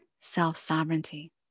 self-sovereignty